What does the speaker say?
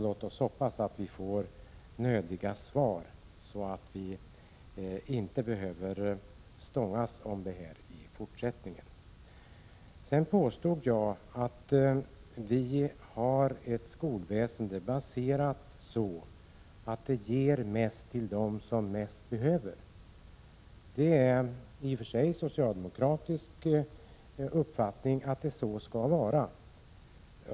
Låt oss hoppas att vi får nödiga svar, så att vi i 145 fortsättningen inte behöver ”stångas” om det här. Jag påstod att vi har ett skolväsende som ger mest till dem som mest behöver. Det är en socialdemokratisk uppfattning att det så skall vara.